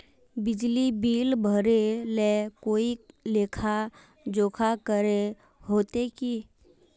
बिजली बिल भरे ले कोई लेखा जोखा करे होते की?